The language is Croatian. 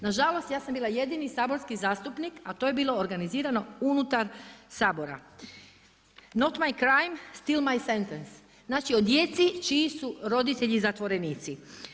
Nažalost, ja sam bila jedni saborski zastupnik, a to je bilo organizirano unutar Sabora, Not my crime, still my sentence, znači o djeci čiji su roditelji zatvorenici.